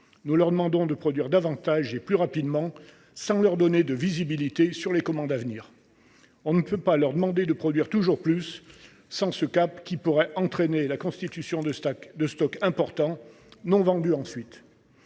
Nous leur demandons de produire davantage et plus rapidement sans leur donner de visibilité sur les commandes à venir. On ne peut pas leur demander de produire toujours plus sans fixer un cap, au risque d’entraîner la constitution de stocks importants qu’ils